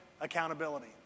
accountability